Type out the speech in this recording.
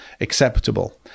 acceptable